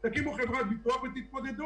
אני לא מכיר אף חברת ביטוח שיודעת לתקן אוטו.